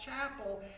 chapel